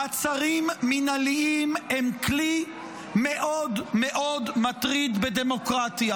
מעצרים מינהליים הם כלי מאוד מאוד מטריד בדמוקרטיה,